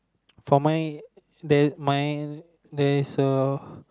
for mine there's mine there's a